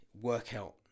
workout